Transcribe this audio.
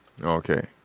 Okay